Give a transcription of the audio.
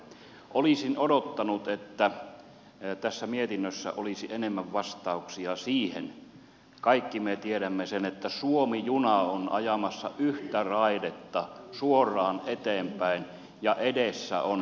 olisin odottanut että tässä mietinnössä olisi enemmän vastauksia siihen kaikki me tiedämme sen että suomi juna on ajamassa yhtä raidetta suoraan eteenpäin ja edessä on kallioseinämä